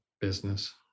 business